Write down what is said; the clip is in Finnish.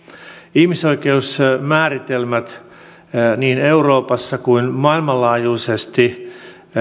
ihmisoikeusmääritelmät niin euroopassa kuin maailmanlaajuisesti